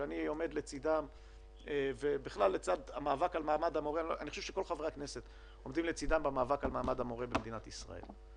שאני וכל חבריי חברי הכנסת עומדים לצידם על מעמד המורה במדינת ישראל,